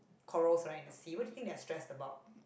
corals right in the sea what do you think they are stressed about